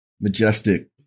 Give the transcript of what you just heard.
Majestic